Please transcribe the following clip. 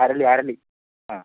അരളി അരളി ആ